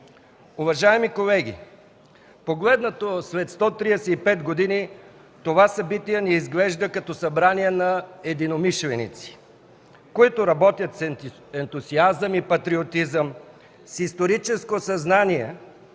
Уважаеми колеги, погледнато след 135 години това събитие ни изглежда като събрание на единомишленици, които работят с ентусиазъм и патриотизъм, с историческо съзнание,